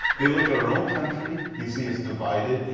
they look at our own country you see it is divided.